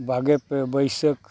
ᱵᱟᱨᱜᱮ ᱯᱮ ᱵᱟᱹᱭᱥᱟᱹᱠᱷ